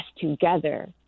together